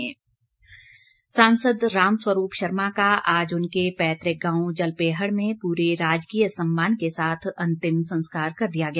अंतिम संस्कार सांसद रामस्वरूप शर्मा का आज उनके पैतृक गांव जलपेहड़ में पूरे राजकीय सम्मान के साथ अंतिम संस्कार कर दिया गया